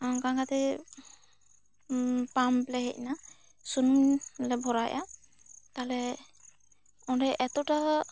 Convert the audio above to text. ᱚᱱᱠᱟ ᱠᱟᱛᱮ ᱯᱟᱢ ᱞᱮ ᱦᱮᱡ ᱮᱱᱟ ᱥᱩᱱᱩᱢ ᱞᱮ ᱵᱷᱚᱨᱟᱣᱮᱜᱼᱟ ᱛᱟᱦᱚᱞᱮ ᱚᱸᱰᱮ ᱮᱛᱚᱴᱟ ᱦᱚᱸ